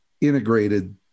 integrated